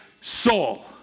soul